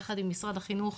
יחד עם משרד החינוך,